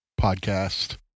podcast